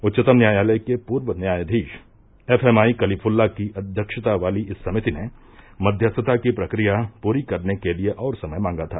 उच्चतम न्यायालय के पूर्व न्यायाधीश एफएमआई कलीफुल्ला की अध्यक्षता वाली इस समिति ने मध्यस्थता की प्रक्रिया पूरी करने के लिए और समय मांगा था